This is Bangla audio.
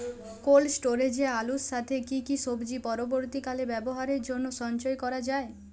কোল্ড স্টোরেজে আলুর সাথে কি কি সবজি পরবর্তীকালে ব্যবহারের জন্য সঞ্চয় করা যায়?